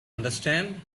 understand